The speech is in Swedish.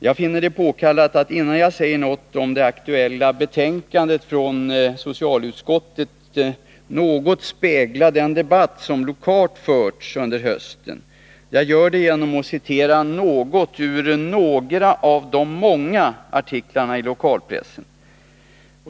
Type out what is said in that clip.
Jag finner det påkallat att innan jag säger något om det aktuella betänkandet från socialutskottet något spegla den debatt som lokalt förts under hösten. Jag gör det genom att citera något ur några av de många artiklarna i lokalpressen.